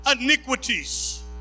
iniquities